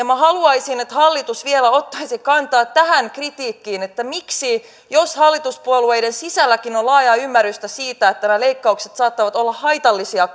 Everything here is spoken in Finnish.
minä haluaisin että hallitus vielä ottaisi kantaa tähän kritiikkiin jos hallituspuolueiden sisälläkin on laajaa ymmärrystä siitä että nämä leikkaukset saattavat olla haitallisia